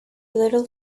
little